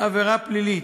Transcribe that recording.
עבירה פלילית.